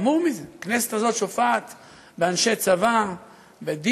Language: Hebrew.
חמור מזה: הכנסת הזאת שופעת אנשי צבא בדימוס,